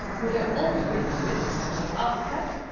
were they all three, twins? asked kat.